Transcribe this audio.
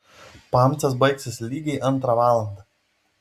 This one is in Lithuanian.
pamcės baigsis lygiai antrą valandą